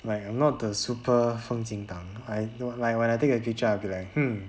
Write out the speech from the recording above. like I'm not the super 风景党 I know like when I take a picture I will be like hmm